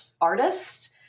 artist